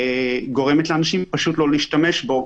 גורמת לאנשים לא להשתמש בו,